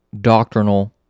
doctrinal